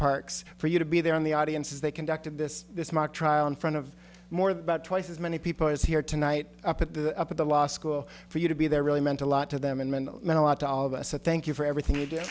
parks for you to be there in the audience as they conducted this mock trial in front of more about twice as many people as here tonight up at the top of the law school for you to be there really meant a lot to them and meant a lot to all of us i thank you for everything